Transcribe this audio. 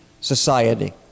society